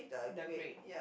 the grade